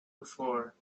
before